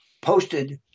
posted